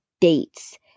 dates